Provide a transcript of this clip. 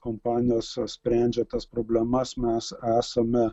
kompanijos sprendžia tas problemas mes esame